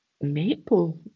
maple